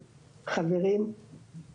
חברים,